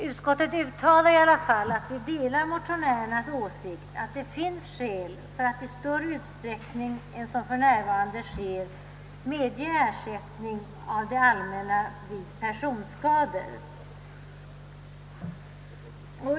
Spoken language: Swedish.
Utskottet uttalar, att det delar motionärernas åsikt att det finns skäl att i större utsträckning än som för närvarande sker medge ersättning av det allmänna vid personskador.